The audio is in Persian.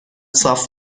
صاف